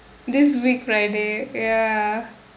this week friday ya